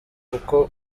kuko